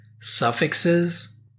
suffixes